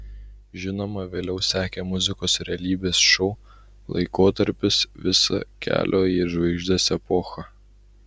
žinoma vėliau sekė muzikos realybės šou laikotarpis visa kelio į žvaigždes epocha